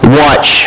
watch